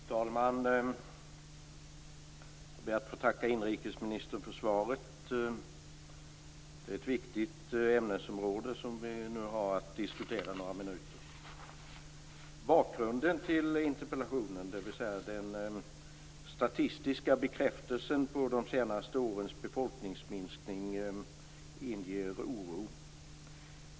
Fru talman! Jag ber att få tacka inrikesministern för svaret. Det är ett viktigt ämnesområde som vi nu under några minuter har att diskutera. Bakgrunden till interpellationen, dvs. den statistiska bekräftelsen på de senaste årens befolkningsminskning, inger oro.